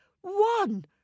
one